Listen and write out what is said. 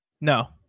no